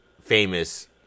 famous